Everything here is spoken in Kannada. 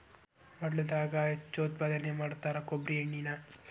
ಮಲ್ನಾಡದಾಗ ಹೆಚ್ಚು ಉತ್ಪಾದನೆ ಮಾಡತಾರ ಕೊಬ್ಬ್ರಿ ಎಣ್ಣಿನಾ